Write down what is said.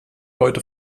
heute